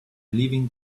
leaving